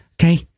Okay